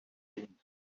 dunes